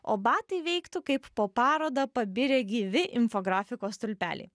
o batai veiktų kaip po parodą pabirę gyvi infografiko stulpeliai